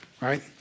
right